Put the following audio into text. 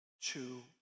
two